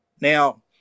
Now